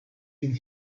been